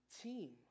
team